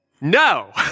No